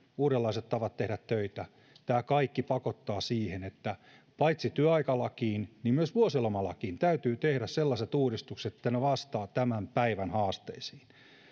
uudenlaiset tavat tehdä töitä tämä kaikki pakottaa siihen että paitsi työaikalakiin myös vuosilomalakiin täytyy tehdä sellaiset uudistukset että ne vastaavat tämän päivän haasteisiin